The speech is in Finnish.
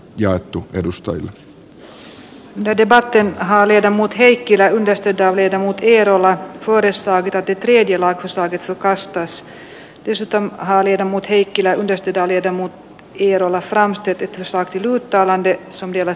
kun poliisikoulutusta ollaan nyt päivittämässä ammattikorkeakoulutasoiseksi niin ehdotan että eduskunta edellyttää koulutuksen järjestäjältä että poliisin perustutkinto opiskelijoille opetetaan nykyistä huomattavasti enemmän ensiaputaitoja jotta he toimessaan kykenisivät nykyistä huomattavasti paremmin toimimaan esimerkiksi